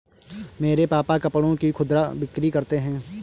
मेरे मामा कपड़ों की खुदरा बिक्री करते हैं